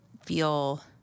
feel